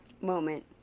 moment